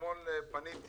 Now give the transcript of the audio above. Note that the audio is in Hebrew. אתמול פניתי